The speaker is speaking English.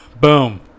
Boom